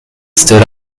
stood